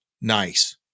Nice